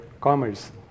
commerce